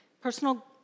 personal